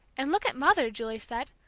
and look at mother, julie said.